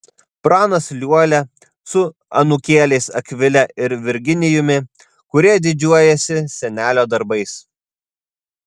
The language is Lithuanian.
pranas liuolia su anūkėliais akvile ir virginijumi kurie didžiuojasi senelio darbais